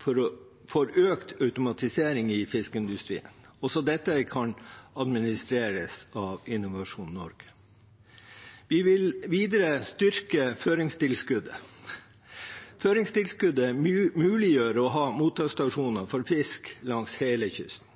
for økt automatisering i fiskeindustrien. Også dette kan administreres av Innovasjon Norge. Vi vil videre styrke føringstilskuddet. Føringstilskuddet muliggjør å ha mottaksstasjoner for fisk langs hele kysten.